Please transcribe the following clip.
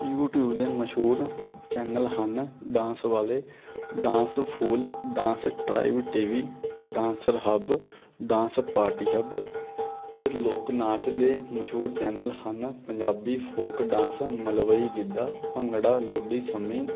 YouTube ਦੇ ਮਸ਼ਹੂਰ channel ਹਨ ਡਾਂਸ ਵਾਲੇ dance fool dance tribe T V dancer hub dance party hub ਅਤੇ ਲੋਕ ਨਾਚ ਦੇ ਮਸ਼ਹੂਰ ਚੈਨਲ ਹਨ ਪੰਜਾਬੀ ਫੋਕ ਡਾਂਸ ਮਲਵਈ ਗਿੱਧਾ ਭੰਗੜਾ ਲੁੱਡੀ ਸੰਮੀ